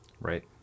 Right